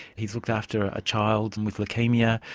he's looked after a child and with leukaemia,